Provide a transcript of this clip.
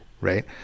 right